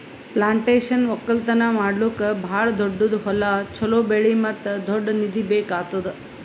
plantation ಒಕ್ಕಲ್ತನ ಮಾಡ್ಲುಕ್ ಭಾಳ ದೊಡ್ಡುದ್ ಹೊಲ, ಚೋಲೋ ಬೆಳೆ ಮತ್ತ ದೊಡ್ಡ ನಿಧಿ ಬೇಕ್ ಆತ್ತುದ್